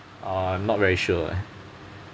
I'm not very sure